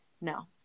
no